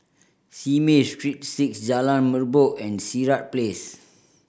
Simei Street Six Jalan Merbok and Sirat Place